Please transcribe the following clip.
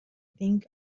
think